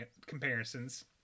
comparisons